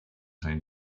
seemed